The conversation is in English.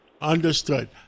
Understood